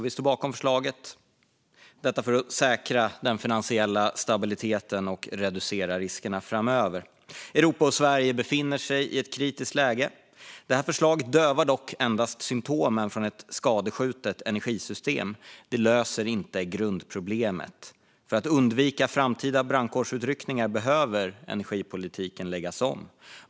Vi står bakom förslaget, detta för att säkra den finansiella stabiliteten och reducera riskerna framöver. Europa och Sverige befinner sig i ett kritiskt läge. Förslaget dövar dock endast symtomen från ett skadskjutet energisystem. Det löser inte grundproblemet. För att undvika framtida brandkårsutryckningar behöver energipolitiken läggas om.